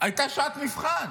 היה שעת מבחן,